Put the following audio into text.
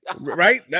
right